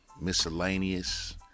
Miscellaneous